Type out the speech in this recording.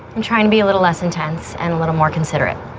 i'm trying to be a little less intense and a little more considerate